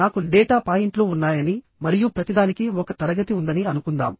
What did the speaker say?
ఎందుకంటే బోల్డ్ రంధ్రము టెన్షన్ ని తీసుకోదు